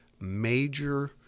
major